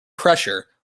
pressure